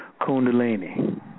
kundalini